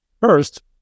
first